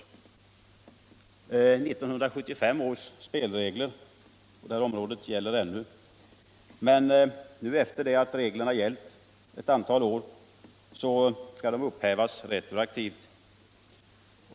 1975 års spelregler på detta område gäller ännu. Men efter det att reglerna har gällt ett och ett halvt år skall de nu upphävas retroaktivt.